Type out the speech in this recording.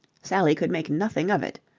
sally could make nothing of it.